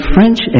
French